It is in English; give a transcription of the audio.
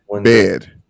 bed